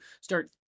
start